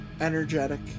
energetic